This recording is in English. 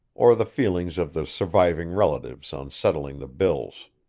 or the feelings of the surviving relatives on settling the bills.